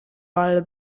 while